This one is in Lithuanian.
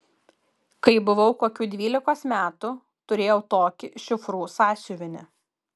kai buvau kokių dvylikos metų turėjau tokį šifrų sąsiuvinį